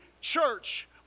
church